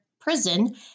prison